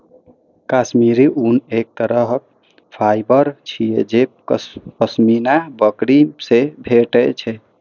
काश्मीरी ऊन एक तरहक फाइबर छियै जे पश्मीना बकरी सं भेटै छै